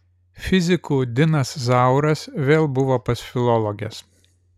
fizikų dinas zauras vėl buvo pas filologes